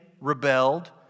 rebelled